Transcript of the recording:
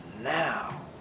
now